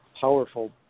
powerful